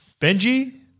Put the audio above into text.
Benji